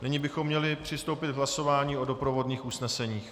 Nyní bychom měli přistoupit k hlasování o doprovodných usneseních.